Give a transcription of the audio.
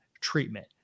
treatment